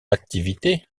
activité